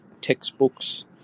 textbooks